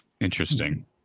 Interesting